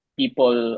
people